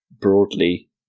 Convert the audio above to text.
broadly